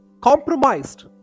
compromised